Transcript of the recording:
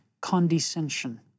condescension